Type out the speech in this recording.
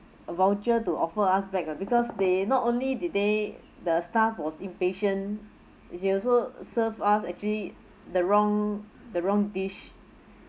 a voucher to offer us back ah because they not only did they the staff was impatient they also serve us actually the wrong the wrong dish